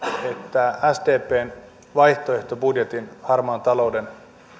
sdpn vaihtoehtobudjetin harmaan talouden